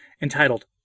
Entitled